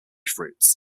fruits